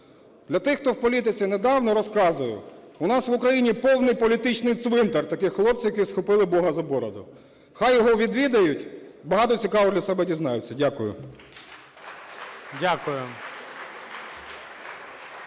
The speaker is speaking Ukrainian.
Для тих, хто в політиці недавно, розказую. У нас в Україні повний політичний цвинтар таких хлопців, які схопили Бога за бороду. Хай його відвідають – багато цікавого для себе дізнаються. Дякую.